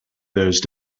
those